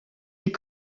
est